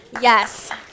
Yes